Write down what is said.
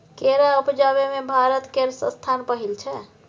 केरा उपजाबै मे भारत केर स्थान पहिल छै